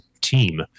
team